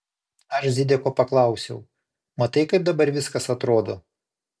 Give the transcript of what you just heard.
aš zideko paklausiau matai kaip dabar viskas atrodo